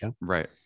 Right